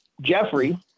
Jeffrey